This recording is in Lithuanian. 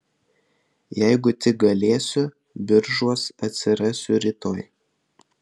jeigu tik galėsiu biržuos atsirasiu rytoj